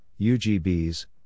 UGBs